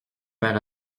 père